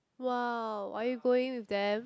wow are you going with them